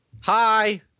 Hi